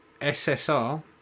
SSR